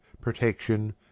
protection